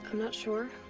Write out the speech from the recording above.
i'm not sure